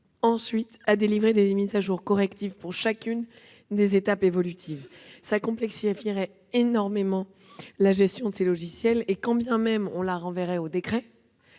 ensuite à délivrer des mises à jour correctives pour chacune des mises à jour évolutives. Cela complexifierait énormément la gestion de ces logiciels. Quand bien même on la renverrait au décret,